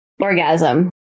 orgasm